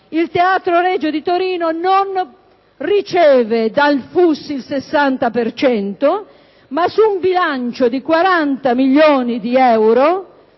Il Teatro Regio di Torino non riceve dal FUS il 60 per cento, ma, su un bilancio di 40 milioni di euro,